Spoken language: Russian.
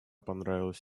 понравилась